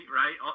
right